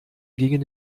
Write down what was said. gegen